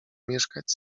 mieszkać